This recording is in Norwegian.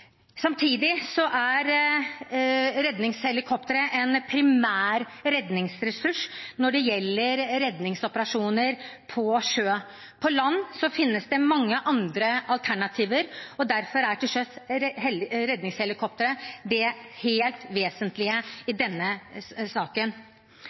Samtidig er redningshelikoptre en primær redningsressurs når det gjelder redningsoperasjoner på sjø. På land finnes det mange andre alternativer, og derfor er redningshelikoptre til sjøs det helt vesentlige